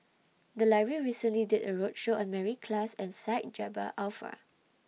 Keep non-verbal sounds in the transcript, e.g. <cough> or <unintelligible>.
The Library recently did A roadshow on Mary Klass and Syed <unintelligible>